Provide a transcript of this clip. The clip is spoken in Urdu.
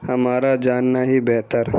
ہمارا جاننا ہی بہتر